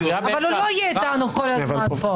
אבל הוא לא יהיה איתנו כל הזמן פה.